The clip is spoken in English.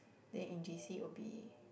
then in J_C would be